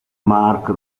mark